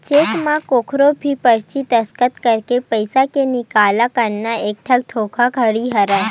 cheque म कखरो भी फरजी दस्कत करके पइसा के निकाला करना एकठन धोखाघड़ी हरय